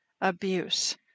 abuse